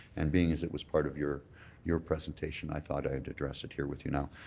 and being as it was part of your your presentation, i thought i'd address it here with you now.